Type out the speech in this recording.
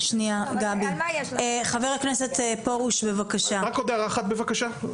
חבר הכנסת פרוש בבקשה.